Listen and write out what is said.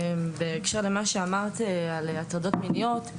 בהקשר למה שאמרת על הטרדות מיניות,